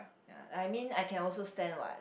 ya I mean I can also stand what